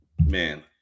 man